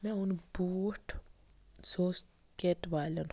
مےٚ اوٚن بوٗٹھ سُہ اوس کیٚٹ والیٚن ہُنٛد